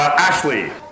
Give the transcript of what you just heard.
Ashley